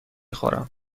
خورم